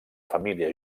família